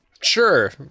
Sure